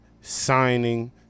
signing